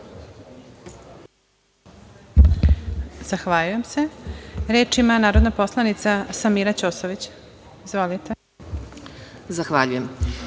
Zahvaljujem se. Reč ima narodna poslanica Samira Ćosović. Izvolite. **Samira